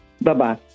Bye-bye